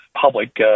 public